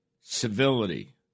civility